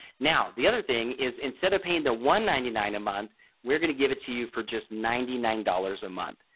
now the other thing is instead of paying the one ninety-nine a month we're going to give it to you for just ninety-nine dollars a month.